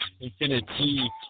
infinity